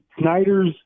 Snyder's